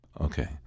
Okay